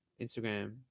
Instagram